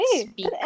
speak